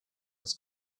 was